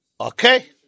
Okay